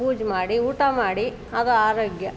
ಪೂಜೆ ಮಾಡಿ ಊಟ ಮಾಡಿ ಅದು ಆರೋಗ್ಯ